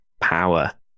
power